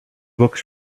books